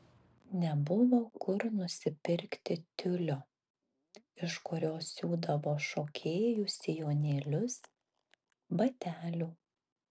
nebuvo kur nusipirkti tiulio iš kurio siūdavo šokėjų sijonėlius batelių